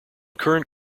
current